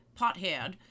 Pothead